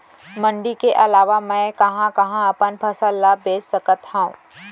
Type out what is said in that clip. मण्डी के अलावा मैं कहाँ कहाँ अपन फसल ला बेच सकत हँव?